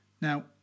Now